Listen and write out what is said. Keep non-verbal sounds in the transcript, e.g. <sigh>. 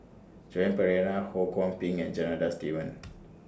Joan Pereira Ho Kwon Ping and Janadas Devan <noise>